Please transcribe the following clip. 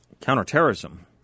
counterterrorism